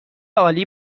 عالی